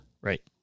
Right